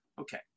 Okay